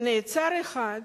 שנעצר אחד,